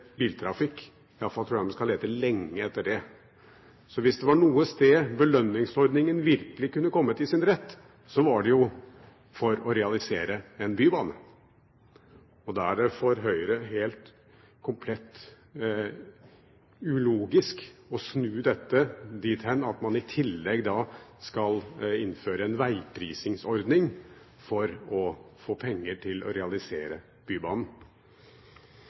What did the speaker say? biltrafikk. I alle fall tror jeg man skal lete lenge etter det. Hvis det var noen gang belønningsordningen virkelig kunne kommet til sin rett, var det jo når en realiserte en bybane. For Høyre er det komplett ulogisk å snu dette dit hen at man i tillegg skal innføre en vegprisingsordning for å få penger til å realisere Bybanen.